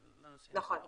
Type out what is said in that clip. נכון.